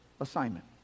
assignment